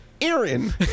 Aaron